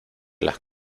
las